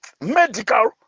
medical